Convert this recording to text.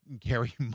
carry